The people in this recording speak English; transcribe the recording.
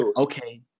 okay